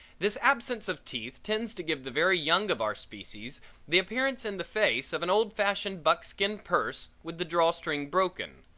this absence of teeth tends to give the very young of our species the appearance in the face of an old fashioned buckskin purse with the draw string broken,